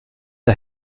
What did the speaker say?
der